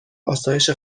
آسایش